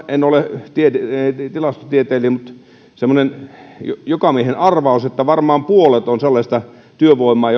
en ole tilastotieteilijä mutta tämä on semmoinen jokamiehen arvaus varmaan puolet on sellaista työvoimaa